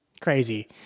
crazy